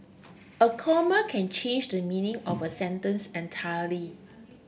a comma can change the meaning of a sentence entirely